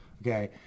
okay